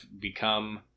become